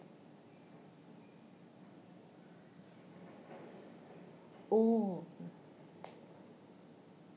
oh